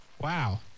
Wow